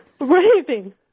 Raving